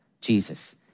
Jesus